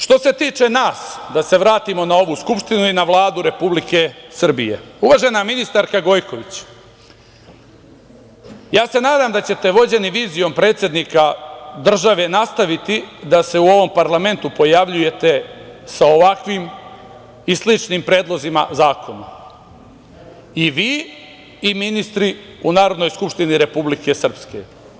Što se tiče nas, da se vratimo na ovu Skupštinu i na Vladu Republike Srbije, uvažena ministarka Gojković, nadam se da ćete vođeni vizijom predsednika države nastaviti da se u ovom parlamentu pojavljujete sa ovakvim i sličnim predlozima zakona i vi i ministri u Narodnoj skupštini Republike Srpske.